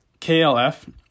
KLF